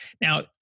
Now